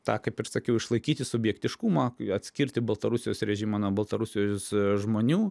tą kaip ir sakiau išlaikyti subjektiškumą atskirti baltarusijos režimą nuo baltarusijos žmonių